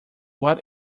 what